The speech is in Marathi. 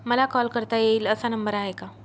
मला कॉल करता येईल असा नंबर आहे का?